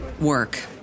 work